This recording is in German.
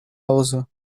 hause